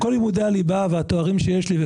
עם כל לימודי הליבה והתארים שיש לי,